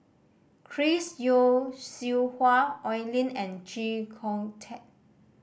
Chris Yeo Siew Hua Oi Lin and Chee Kong Tet